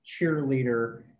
cheerleader